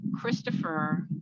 Christopher